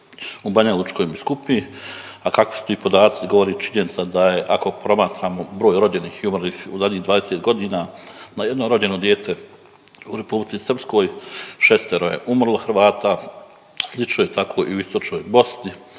u Banjolučkoj biskupiji, a kakvi su ti podaci, govori činjenica da je, ako promatramo broj rođenih i umrlih u zadnjih 20 godina, na jedno rođeno dijete u R. Srpskoj, 6 je umrlo Hrvata, slično je tako i u istočnoj Bosni,